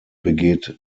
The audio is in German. begeht